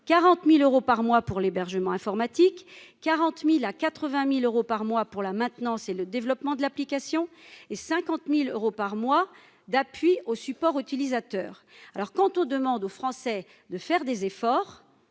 40 000 euros par mois pour l'hébergement informatique, 40 000 euros à 80 000 euros par mois pour la maintenance et le développement de l'application, 50 000 euros par mois d'appui au support utilisateur ... Quand on demande aux Français de faire des efforts,